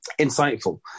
insightful